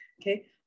okay